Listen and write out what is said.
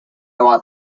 want